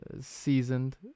seasoned